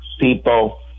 people